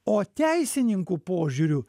o teisininkų požiūriu